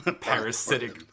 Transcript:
Parasitic